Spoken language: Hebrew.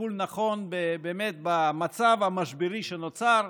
בטיפול נכון באמת במצב המשברי שנוצר,